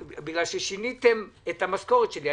בגלל ששיניתם את המשכורת שלי.